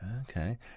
Okay